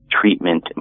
treatment